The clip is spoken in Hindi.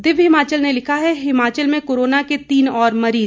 दिव्य हिमाचल ने लिखा है हिमाचल में कोरोना के तीन और मरीज